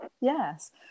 Yes